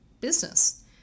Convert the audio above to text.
business